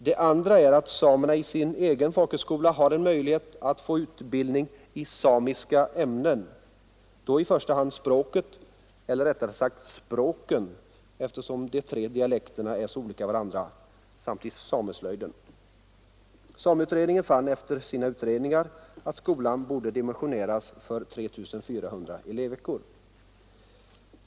Den andra är att samerna i sin egen folkhögskola har möjlighet att få utbildning i samiska ämnen, och då i första hand i språket eller rättare sagt språken, eftersom de tre dialekterna är så olika varandra, samt i sameslöjden. Sameutredningen fann efter sina utredningar att skolan borde dimensioneras för 3 400 elevveckor.